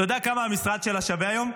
אתה יודע כמה המשרד שלה שווה היום?